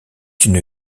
une